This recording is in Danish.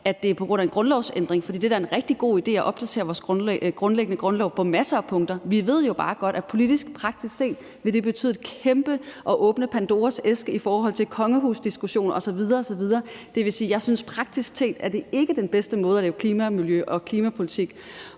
at det er på grund af en grundlovsændring, for det er da en rigtig god idé at opdatere vores grundlov på masser af punkter. Vi ved jo bare godt, at politisk, praktisk set vil det betyde at åbne Pandoras æske i forhold til kongehusdiskussion osv. osv. Det vil sige, at jeg synes praktisk set, at det ikke er den bedste måde at lave klima- og miljøpolitik